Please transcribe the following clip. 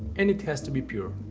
and it has to be pure.